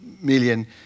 million